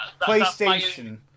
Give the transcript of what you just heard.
PlayStation